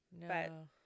No